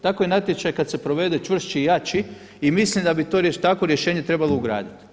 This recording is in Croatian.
Tako i natječaj kada se provede čvršći i jači i mislim da bi takvo rješenje trebalo ugraditi.